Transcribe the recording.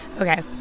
Okay